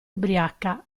ubriaca